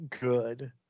good